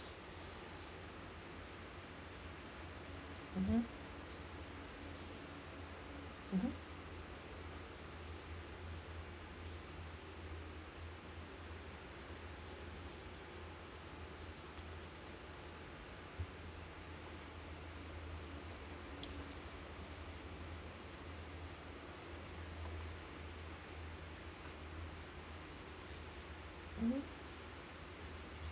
mmhmm mmhmm mmhmm